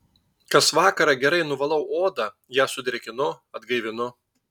kas vakarą gerai nuvalau odą ją sudrėkinu atgaivinu